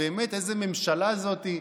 איזו ממשלה זו באמת?